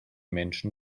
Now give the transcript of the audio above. menschen